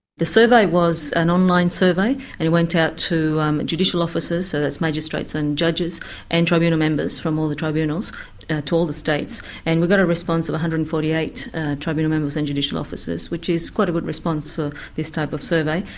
the survey was an online survey and it went out to um judicial officers so that's magistrates and judges and tribunal members from all the tribunals to all the states and we got a response of one hundred and forty eight tribunal members and judicial officers which is quite a good response for this type of survey.